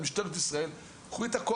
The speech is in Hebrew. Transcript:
אנחנו אמונים על משטרת ישראל "קחו את כוח